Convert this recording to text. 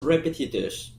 repetitious